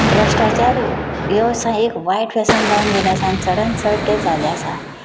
भ्रश्टाचार हो असो एक वायट व्यसन जावन गेल्लें आसा आनी चडांत चड तें जाल्लें आसा